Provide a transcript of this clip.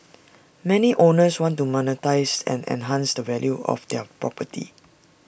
many owners want to monetise and enhance the value of their property